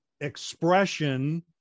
expression